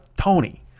Tony